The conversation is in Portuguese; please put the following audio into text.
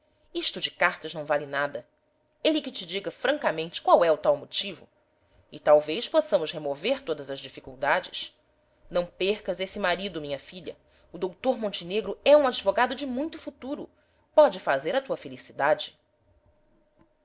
isto de cartas não vale nada ele que te diga francamente qual é o tal motivo e talvez possamos remover todas as dificuldades não percas esse marido minha filha o doutor montenegro é um advogado de muito futuro pode fazer a tua felicidade